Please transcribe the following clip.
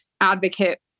advocate